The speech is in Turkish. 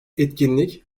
etkinlik